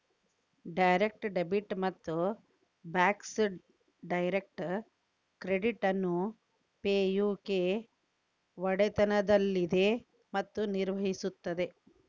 direct debit ಮತ್ತು Bacs direct credit ಅನ್ನು pay U K ಒಡೆತನದಲ್ಲಿದೆ ಮತ್ತು ನಿರ್ವಹಿಸುತ್ತದೆ